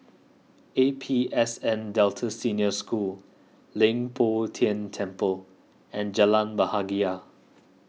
A P S N Delta Senior School Leng Poh Tian Temple and Jalan Bahagia